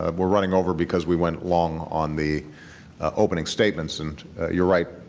um we're running over because we went long on the opening statements. and you're right,